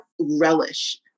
relish